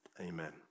Amen